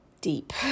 deep